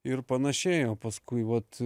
ir panašiai o paskui vat